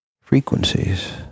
frequencies